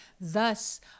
Thus